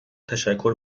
تشکر